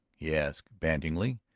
he asked banteringly,